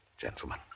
gentlemen